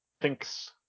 thinks